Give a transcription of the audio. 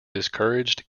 discouraged